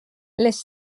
les